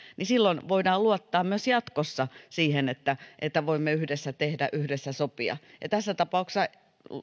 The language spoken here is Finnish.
niin silloin voidaan luottaa myös jatkossa siihen että että voimme yhdessä tehdä yhdessä sopia tässä tapauksessa